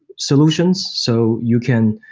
solutions. so you can,